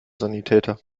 sanitäter